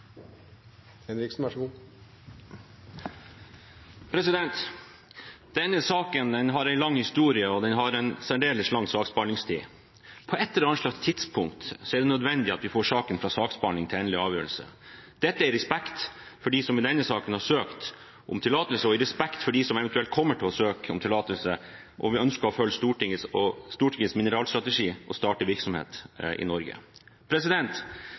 det nødvendig at vi får saken fra saksbehandling til endelig avgjørelse, i respekt for dem som i denne saken har søkt om tillatelse, og i respekt for dem som eventuelt kommer til å søke om tillatelse, og ønsker å følge Stortingets mineralstrategi og starte virksomhet i Norge.